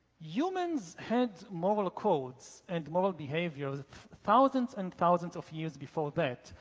humans had moral codes and moral behavior thousands and thousands of years before that.